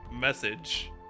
message